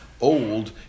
old